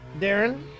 Darren